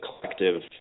collective